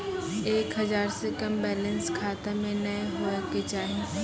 एक हजार से कम बैलेंस खाता मे नैय होय के चाही